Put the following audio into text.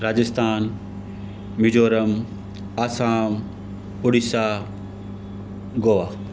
Rajasthan Mizoram Assam Orissa Goa